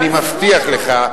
אני מבטיח לך,